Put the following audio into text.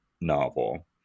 novel